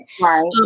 Right